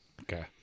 Okay